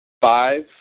Five